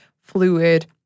fluid